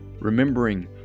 Remembering